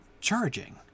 charging